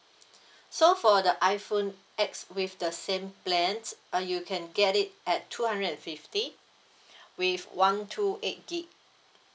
so for the iphone X with the same plan uh you can get it at two hundred and fifty with one two eight gig